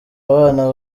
bana